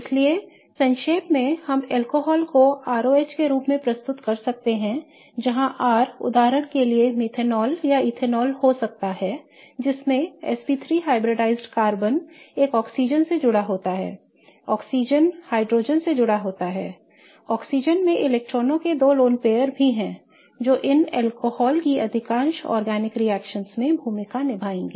इसलिए संक्षेप में हम अल्कोहल को R O H के रूप में प्रस्तुत कर सकते हैं जहां R उदाहरण के लिए मेथनॉल या इथेनॉल हो सकते हैं जिसमें sp3 hybridized कार्बन एक ऑक्सीजन से जुड़ा होता है ऑक्सीजन हाइड्रोजन से जुड़ा होता है I ऑक्सीजन में इलेक्ट्रॉनों के दो लोन पेयर भी हैं जो इन अल्कोहल की अधिकांश कार्बनिक रिएक्शनओं में भूमिका निभाएंगे